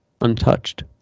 untouched